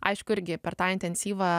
aišku irgi per tą intensyvą